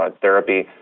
therapy